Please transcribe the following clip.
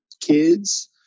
kids